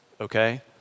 okay